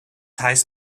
heißt